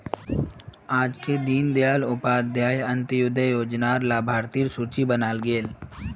आजके दीन दयाल उपाध्याय अंत्योदय योजना र लाभार्थिर सूची बनाल गयेल